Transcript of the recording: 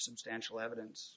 substantial evidence